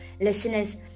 listeners